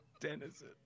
Denizen